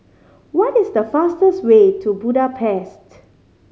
what is the fastest way to Budapest